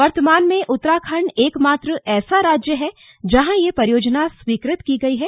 वर्तमान में उतराखण्ड एकमात्र ऐसा राज्य है जहां ये परियोजना स्वीकृत की गई है